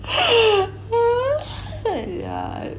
yeah